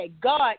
God